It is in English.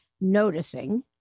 noticing